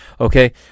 okay